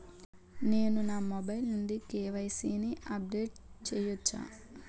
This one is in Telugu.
నేను నా మొబైల్ నుండి కే.వై.సీ ని అప్డేట్ చేయవచ్చా?